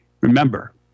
Remember